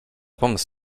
pomysł